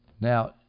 Now